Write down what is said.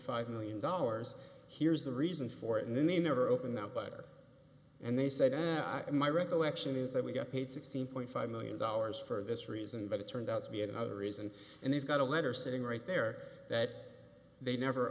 five million dollars here's the reason for it and then they never opened that butter and they said yeah my recollection is that we got paid sixteen point five million dollars for this reason but it turned out to be another reason and they've got a letter sitting right there that they never